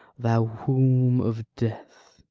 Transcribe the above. thou womb of death,